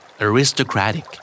Aristocratic